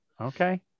Okay